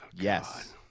Yes